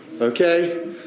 Okay